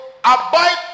abide